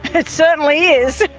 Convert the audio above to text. it certainly is!